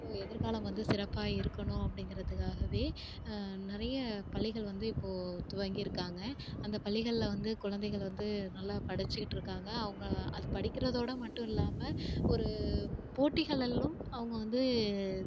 so எதிர்காலம் வந்து சிறப்பாக இருக்கணும் அப்படிங்கிறதுக்காகவே நிறைய பள்ளிகள் வந்து இப்போது துவங்கியிருக்காங்க அந்த பள்ளிகளில் வந்து குழந்தைகள் வந்து நல்லா படிச்சுக்கிட்ருக்காங்க அவங்க அது படிக்கிறதோட மட்டும் இல்லாமல் ஒரு போட்டிகள்லலும் அவங்க வந்து